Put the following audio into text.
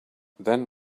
then